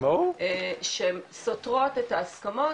שהן סותרות את ההסכמות,